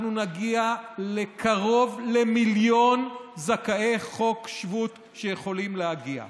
אנחנו נגיע לקרוב למיליון זכאי חוק שבות שיכולים להגיע.